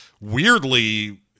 weirdly